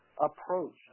approach